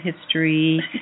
History